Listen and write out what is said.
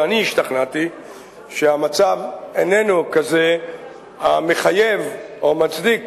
ואני השתכנעתי שהמצב איננו כזה המחייב או מצדיק